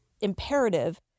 imperative